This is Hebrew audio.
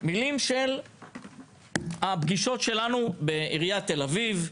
מילים שנאמרו בפגישות שלנו עם עיריית תל-אביב.